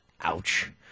Ouch